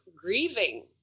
grieving